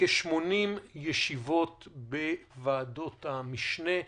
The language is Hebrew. וכ-80 ישיבות בוועדות המשנה.